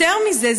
יותר מזה,